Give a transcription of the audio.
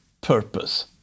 purpose